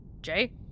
Jay